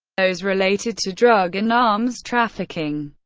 those related to drug and arms trafficking,